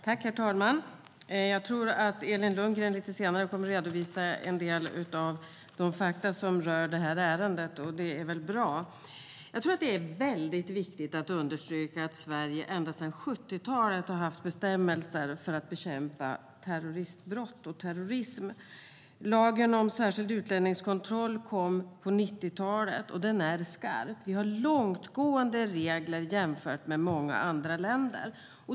Herr talman! Jag tror att Elin Lundgren lite senare kommer att redovisa en del av de fakta som rör ärendet. Det är bra. Jag tror att det är viktigt att understryka att Sverige ända sedan 70-talet har haft bestämmelser för att bekämpa terroristbrott och terrorism. Lagen om särskild utlänningskontroll kom på 90-talet, och den är skarp. Vi har långtgående regler jämfört med många andra länder.